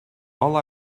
all